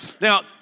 Now